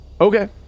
Okay